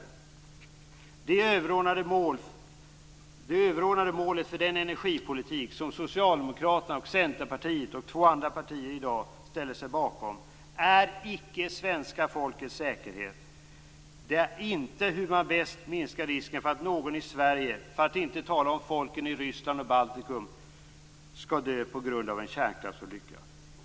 Det överordnade målet för den energipolitik som Socialdemokraterna, Centerpartiet och två andra partier i dag ställer sig bakom är icke svenska folkets säkerhet. Det är inte att på bästa sätt minska risken för att någon i Sverige, för att inte tala om folken i Ryssland och Baltikum, skall dö på grund av en kärnkraftsolycka.